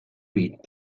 beat